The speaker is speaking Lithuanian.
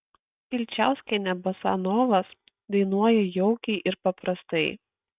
kilčiauskienė bosanovas dainuoja jaukiai ir paprastai